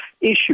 issue